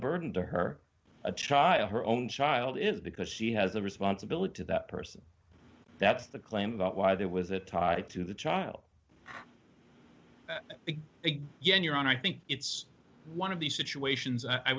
burden to her a child her own child is because she has a responsibility to that person that's the claim about why there was a tie to the child big big yeah you're on i think it's one of these situations i